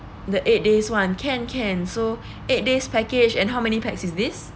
the eight days [one] can can so eight days package and how many pax is this